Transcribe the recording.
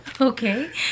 Okay